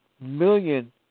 million